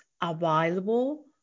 available